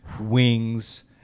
wings